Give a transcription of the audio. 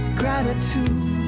gratitude